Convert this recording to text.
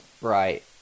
Right